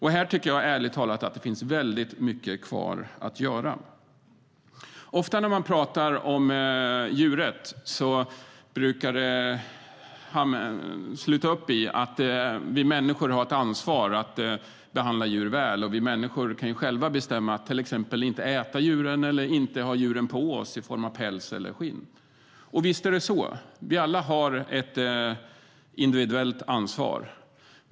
Jag tycker ärligt talat att det finns väldigt mycket kvar att göra. När man talar om djurrätt brukar det ofta landa i att vi människor har ett ansvar för att behandla djur väl. Visst är det så!